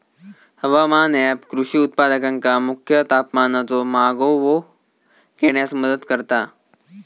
हवामान ऍप कृषी उत्पादकांका मुख्य तापमानाचो मागोवो घेण्यास मदत करता